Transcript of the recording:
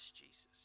Jesus